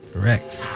Correct